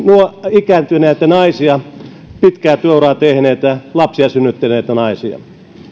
ikääntyneitä naisia pitkää työuraa tehneitä lapsia synnyttäneitä naisia